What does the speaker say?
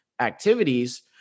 activities